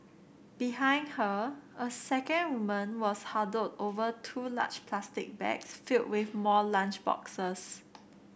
behind her a second woman was huddled over two large plastic bags filled with more lunch boxes